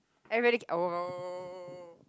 everyday ke~ !whoa!